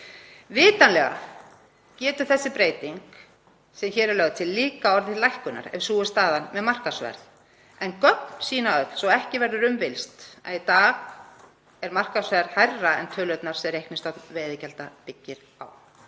Vitanlega getur þessi breyting sem hér er lögð til líka orðið til lækkunar ef sú er staðan með markaðsverð, en gögn sýna svo ekki verður um villst að í dag er markaðsverð hærra en tölurnar sem reiknistofn veiðigjalds byggir á.